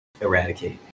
eradicate